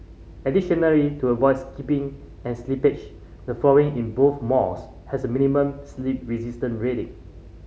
additionally to avoid skidding and slippage the flooring in both malls has a minimum slip resistance rating